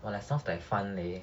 well that sounds like fun leh